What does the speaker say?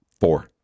Four